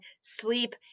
sleep